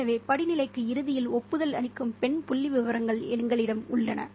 எனவே படிநிலைக்கு இறுதியில் ஒப்புதல் அளிக்கும் பெண் புள்ளிவிவரங்கள் எங்களிடம் உள்ளன